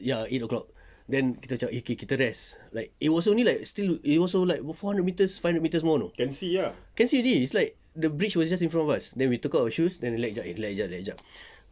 ya eight o'clock then kita macam eh kita rest like it was only like still it was also four hundred metres five hundred metres more can see already it's like the bridge was just in front of us then we took out our shoes then we lek sekejap lek sekejap